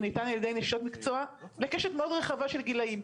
הוא ניתן על ידי נשות מקצוע לקשת מאוד רחבה של גילאים,